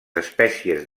espècies